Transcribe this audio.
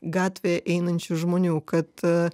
gatvę einančių žmonių kad